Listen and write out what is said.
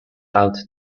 out